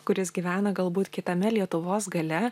kuris gyvena galbūt kitame lietuvos gale